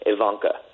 Ivanka